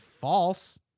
false